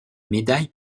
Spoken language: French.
médaille